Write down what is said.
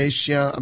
Asia